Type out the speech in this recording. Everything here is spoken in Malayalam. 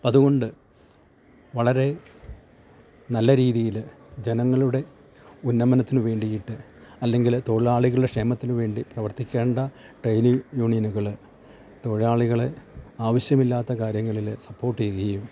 അതുകൊണ്ട് വളരെ നല്ല രീതിയില് ജനങ്ങളുടെ ഉന്നമനത്തിന് വേണ്ടിയിട്ട് അല്ലെങ്കിൽ തൊഴിലാളികളുടെ ക്ഷേമത്തിന് വേണ്ടി പ്രവർത്തിക്കേണ്ട ട്രേഡ് യൂണിയനുകള് തൊഴിലാളികളെ ആവശ്യമില്ലാത്ത കാര്യങ്ങളില് സപ്പോർട്ട് ചെയ്യുകയും